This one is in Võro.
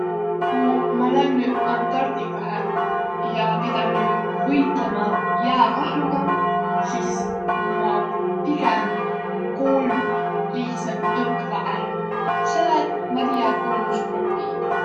Ku ma lännüq Antarktikahe ja pidänüq võitlõma ijäkahrugaq, sis ma pigem koolnuq lihtsält õkva ärq. Selle et ma tiiä, et tuu olnuq suurõmb piin.